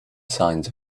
signs